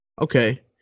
Okay